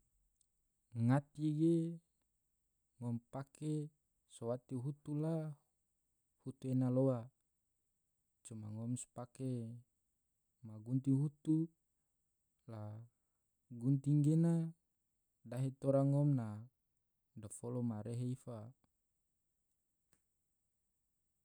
ngati ge ngom pake sowati hutu la hutu ena loa coma ngom sopake magunting hutu la gunting gena dahe tora ngom na dafolo ma rehe ifa.